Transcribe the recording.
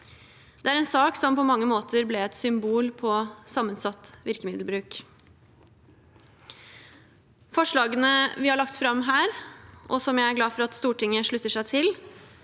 Det er en sak som på mange måter ble et symbol på sammensatt virkemiddelbruk. Forslagene vi har lagt fram her, og som jeg er glad for at Stortinget slutter seg til,